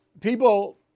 people